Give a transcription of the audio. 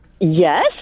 Yes